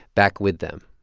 back with them.